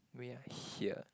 we are here